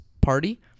party